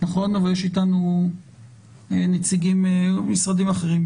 אבל יש איתנו נציגים ממשרדים אחרים.